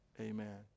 amen